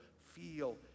feel